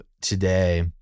today